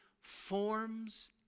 forms